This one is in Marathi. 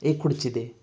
एक खुर्ची दे